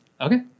okay